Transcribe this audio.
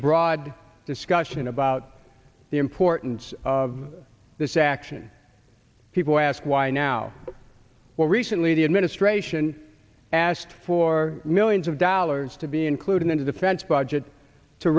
a broad discussion about the importance of this action people ask why now well recently the administration asked for millions of dollars to be included in the defense budget to